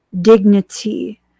dignity